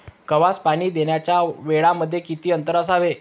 गव्हास पाणी देण्याच्या वेळांमध्ये किती अंतर असावे?